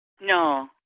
No